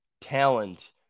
talent